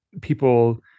people